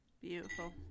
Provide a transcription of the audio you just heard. Beautiful